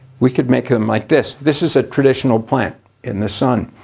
we could make them like this. this is a traditional plant in the sun.